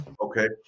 Okay